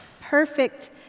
perfect